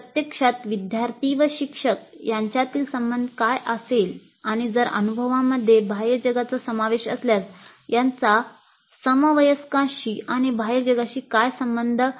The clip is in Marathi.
प्रत्यक्षात विद्यार्थी व शिक्षक यांच्यातील संबंध काय असेल आणि जर अनुभवामध्ये बाह्य जगाचा समावेश असल्यास त्याचा समवयस्कांशी आणि बाह्य जगाशी काय संबंध आहे